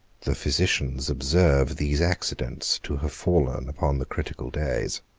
the physicians observe these accidents to have fallen upon the critical days